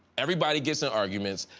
everybody gets in arguments,